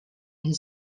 his